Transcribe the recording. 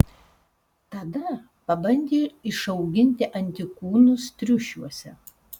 tada pabandė išauginti antikūnus triušiuose